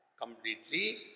completely